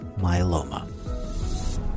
myeloma